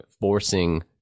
forcing